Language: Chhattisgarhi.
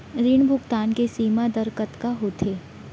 ऋण भुगतान के सीमा दर कतका होथे?